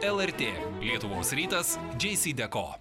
lrt lietuvos rytas džeisydeko